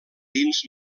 dins